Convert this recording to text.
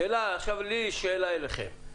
עכשיו לי יש שאלה אליכם.